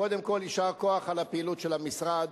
קודם כול יישר כוח על הפעילות של המשרד.